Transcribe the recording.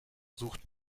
sucht